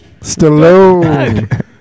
Stallone